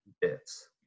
bits